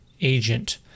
agent